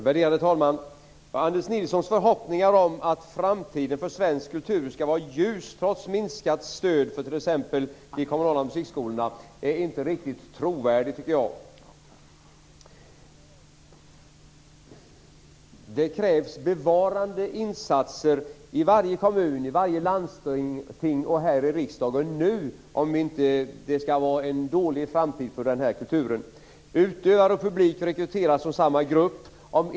Värderade talman! Anders Nilssons förhoppning om att framtiden för svensk kultur blir ljus, trots minskat stöd för t.ex. de kommunala musikskolorna, är enligt min mening inte riktigt trovärdig. Det krävs bevarandeinsatser i varje kommun, i varje landsting och här i riksdagen nu. Annars blir det en dålig framtid för den här kulturen. Utövare och publik rekryteras från samma grupp.